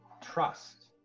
trust